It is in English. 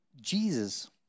Jesus